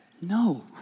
No